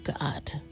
God